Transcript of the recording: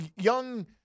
young